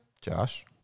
Josh